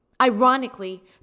Ironically